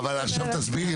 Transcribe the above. עכשיו תסבירי,